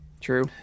True